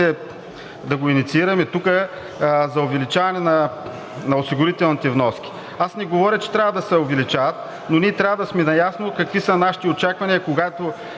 да го инициираме тук за увеличаване на осигурителните вноски. Аз не говоря, че трябва да се увеличават, но ние трябва да сме наясно какви са нашите очаквания, когато